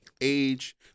age